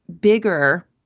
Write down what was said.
bigger